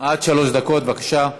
עד שלוש דקות, בבקשה.